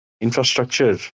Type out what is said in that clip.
infrastructure